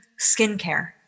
skincare